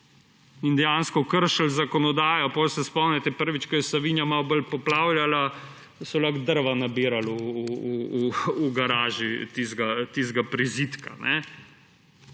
in dejansko kršil zakonodajo. Spomnite se, prvič, ko je Savinja malo bolj poplavljala, so lahko drva nabirali v garaži tistega prizidka.